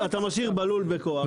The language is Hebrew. אתה משאיר בלול בכוח.